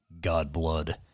Godblood